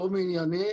לא מענייני,